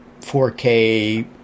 4K